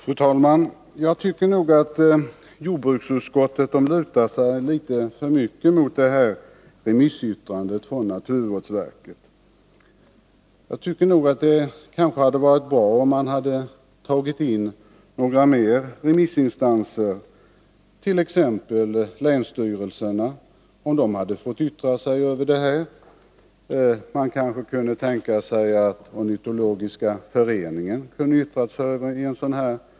Fru talman! Jag tycker nog att jordbruksutskottet lutar sig alltför mycket mot remissyttrandet från naturvårdsverket. Det hade varit bra, om man hade begärt in svar från flera remissinstanser. T. ex. länsstyrelserna borde ha fått yttra sig, och man kunde även tänka sig att Sveriges ornitologiska förening hade kunnat få yttra sig i en sådan fråga.